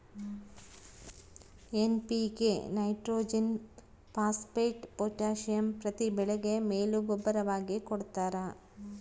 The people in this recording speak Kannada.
ಏನ್.ಪಿ.ಕೆ ನೈಟ್ರೋಜೆನ್ ಫಾಸ್ಪೇಟ್ ಪೊಟಾಸಿಯಂ ಪ್ರತಿ ಬೆಳೆಗೆ ಮೇಲು ಗೂಬ್ಬರವಾಗಿ ಕೊಡ್ತಾರ